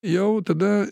jau tada